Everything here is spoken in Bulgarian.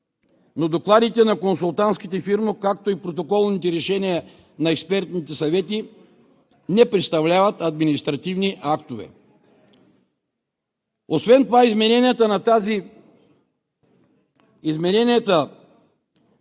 и докладите на консултантските фирми, както и протоколните решения на експертните съвети – не представляват административни актове. Освен това измененията на тази задача